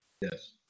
Yes